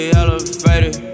elevated